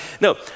no